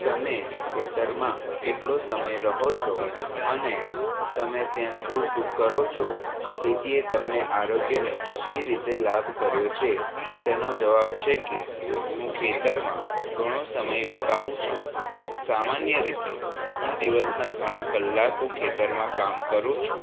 તમે ખેતરમાં કેટલો સમય રહો છો અને તમે ત્યાં શું શું કરો છો ખેતીએ તમને આરોગ્યની શી રીતે લાભ કર્યો છે તેનો જવાબ છે કે હું ખેતરમાં ઘણો સમય વિતાવું છું સામાન્ય રીતે હું દિવસ ઘણા કલાકો ખેતરમાં કામ કરું છું